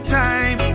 time